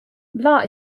bly